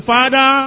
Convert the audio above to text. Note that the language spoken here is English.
Father